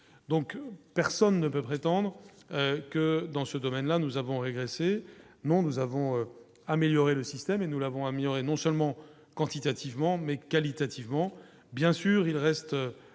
donc personne ne peut prétendre que dans ce domaine-là, nous avons régressé non, nous avons amélioré le système, et nous l'avons amélioré, non seulement quantitativement mais qualitativement, bien sûr, il reste